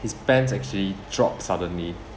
his pants actually drop suddenly